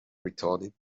retorted